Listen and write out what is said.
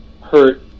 hurt